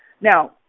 Now